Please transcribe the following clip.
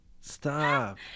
Stop